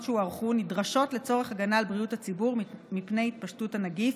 שהוארכו נדרשות לצורך הגנה על בריאות הציבור מפני התפשטות של הנגיף,